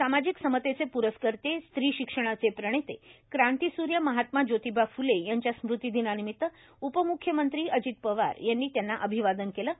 सामाजिक समतेचे पुरस्कर्ते स्त्रीशिक्षणाचे प्रणेते क्रांतीसूर्य महात्मा ज्योतीबा फ्ले यांच्या स्मृतीदिनानिमित्त उपम्ख्यमंत्री अजित पवार यांनी त्यांना अभिवादन केलं आहे